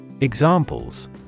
Examples